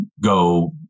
go